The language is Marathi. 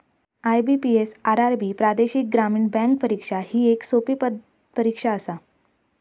आई.बी.पी.एस, आर.आर.बी प्रादेशिक ग्रामीण बँक परीक्षा ही येक सोपी परीक्षा आसा